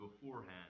beforehand